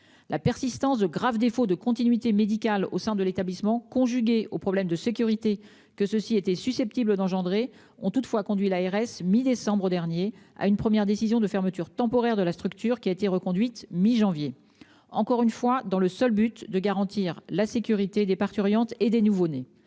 la persistance de graves défauts de continuité médicale au sein de l'établissement conjuguées aux problèmes de sécurité que ceci était susceptible d'engendrer ont toutefois conduit l'ARS mi-décembre dernier à une première décision de fermeture temporaire de la structure qui a été reconduite mi-janvier. Encore une fois dans le seul but de garantir la sécurité des parturientes et des nouveaux-nés.